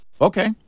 okay